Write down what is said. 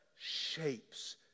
shapes